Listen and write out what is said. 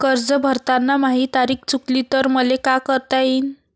कर्ज भरताना माही तारीख चुकली तर मले का करता येईन?